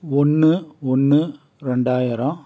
ஒன்று ஒன்று ரெண்டாயிரம்